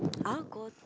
I want to go to